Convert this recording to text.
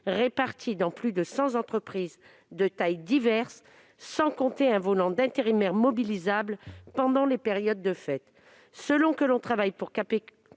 répartis dans plus de 100 entreprises de taille diverses, sans compter un volant d'intérimaires mobilisables pendant les périodes de fêtes. Selon que l'on travaille pour Capitaine